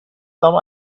some